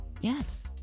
Yes